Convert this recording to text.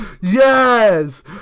Yes